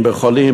בחולים,